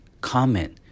comment